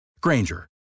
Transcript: Granger